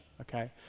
okay